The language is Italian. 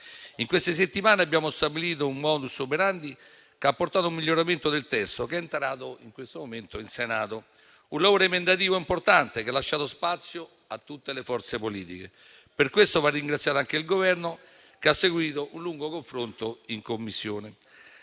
queste settimane, abbiamo stabilito un modus operandi che ha portato a un miglioramento del testo che è approdato oggi in Aula. È stato svolto un lavoro emendativo importante, che ha lasciato spazio a tutte le forze politiche. Per questo va ringraziato anche il Governo, che ha seguito un lungo confronto in Commissione.